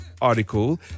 article